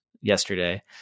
yesterday